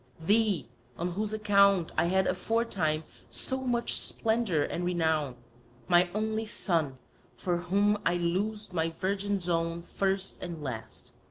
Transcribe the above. thee on whose account i had aforetime so much splendour and renown, my only son for whom i loosed my virgin zone first and last.